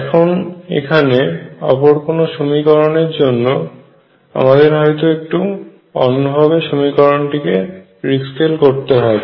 এখন এখানে অপর কোনো সমীকরণ এর জন্য আমাদের হয়তো একটু অন্যভাবে সমীকরণটিকে রিস্কেল করতে হবে